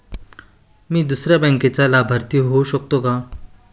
मी दुसऱ्या बँकेचा लाभार्थी होऊ शकतो का?